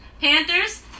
Panthers